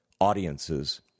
audiences